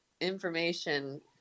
information